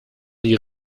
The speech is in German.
die